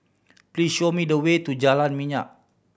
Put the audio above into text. please show me the way to Jalan Minyak